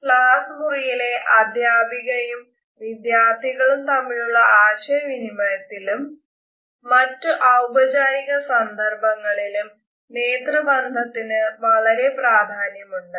ക്ലാസ്സ്മുറിയിലെ അധ്യാപികയും വിദ്യാർഥികളും തമ്മിലുള്ള ആശയവിനിമയത്തിലും മറ്റു ഔപചാരിക സന്ദർഭങ്ങളിലും നേത്രബന്ധത്തിന് വളരെ പ്രാധാന്യമുണ്ട്